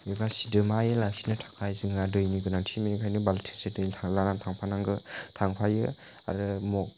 एबा सिदोमायै लाखिनो थाखाय जोंहा दैनि गोनांथि बेनिखाइनो बालथिंसे दै लाना थांफा नांगौ थांफायो आरो मग